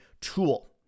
tool